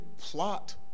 plot